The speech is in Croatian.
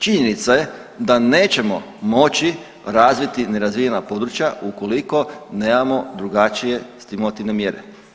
Činjenica je da nećemo moći razviti nerazvijena područja ukoliko nemamo drugačije stimulativne mjere.